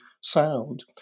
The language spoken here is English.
sound